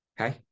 okay